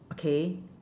okay